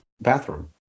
bathroom